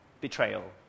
betrayal